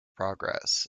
progress